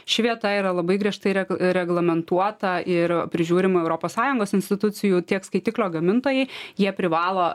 ši vieta yra labai griežtai reg reglamentuota ir prižiūrima europos sąjungos institucijų tiek skaitiklio gamintojai jie privalo